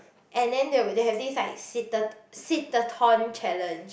and then they will they have this like sit a sit a thorn challenge